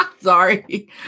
Sorry